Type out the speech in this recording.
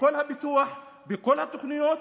בכל הפיתוח, בכל התוכניות,